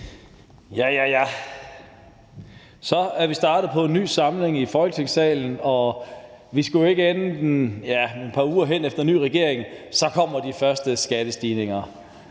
(NB): Så er vi startet på en ny samling i Folketingssalen, og vi skulle jo ikke andet end et par uger hen, efter at den nye regering var kommet, før de første skattestigninger